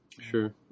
Sure